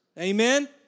Amen